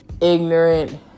ignorant